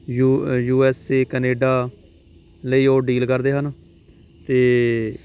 you uh USA Canada ਲਈ ਉਹ deal ਕਰਦੇ ਹਨ ਅਤੇ